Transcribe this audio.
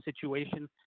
situation